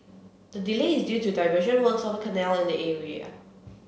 the delay is due to diversion works of a canal in the area